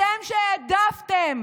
אתם, שהעדפתם